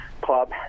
club